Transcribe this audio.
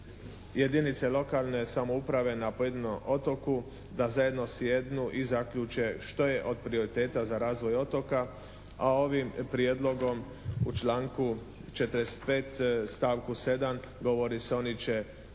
jedinice lokalne samouprave na pojedinom otoku da zajedno sjednu i zaključe što je od prioriteta za razvoj otoka a ovim prijedlogom u članku 45. stavku 7. govori se oni će